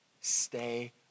stay